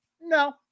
No